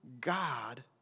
God